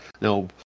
Now